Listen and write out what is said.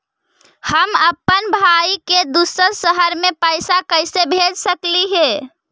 हम अप्पन भाई के दूसर शहर में पैसा कैसे भेज सकली हे?